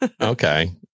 Okay